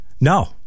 No